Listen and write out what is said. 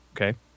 Okay